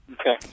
Okay